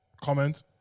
Comment